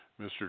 Mr